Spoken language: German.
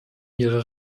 ihrer